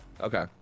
okay